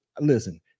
listen